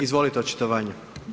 Izvolite očitovanje.